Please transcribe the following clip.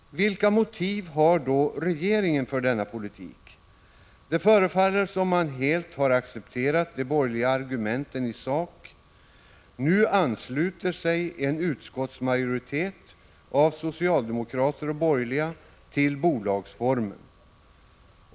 Vilka motiv har då regeringen för denna politik? Det förefaller som om man helt har accepterat de borgerliga argumenten i sak. Nu ansluter sig en utskottsmajoritet av socialdemokrater och borgerliga till bolagsformen.